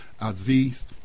Aziz